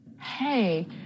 Hey